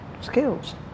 skills